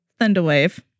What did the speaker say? Thunderwave